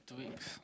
two weeks